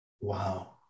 Wow